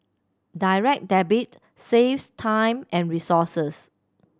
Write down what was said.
Direct Debit saves time and resources